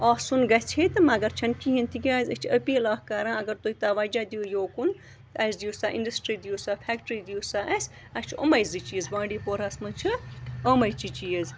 آسُن گژھِ ہے تہٕ مگر چھَنہٕ کِہیٖنۍ تِکیٛازِ أسۍ چھِ أپیٖل اَکھ کَران اگر تُہۍ تَوَجہ دِیِو یوکُن اَسہِ دِیِو سا اِنٛڈَسٹرٛی دِیِو سا فٮ۪کٹرٛی دِیِو سا اَسہِ اَسہِ چھِ یِمَے زٕ چیٖز بانٛڈی پوراہَس منٛز چھُو یِمَے چہِ چیٖز